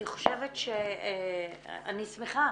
אני שמחה